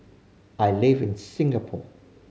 I live in Singapore